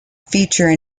feature